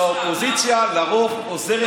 שהאופוזיציה לרוב עוזרת